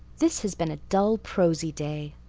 this has been a dull, prosy day,